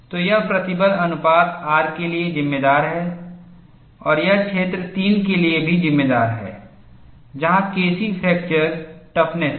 तो यह प्रतिबल अनुपात R के लिए जिम्मेदार है और यह क्षेत्र 3 के लिए भी जिम्मेदार है जहां K c फ्रैक्चर टफनेस है